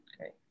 Okay